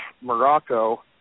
Morocco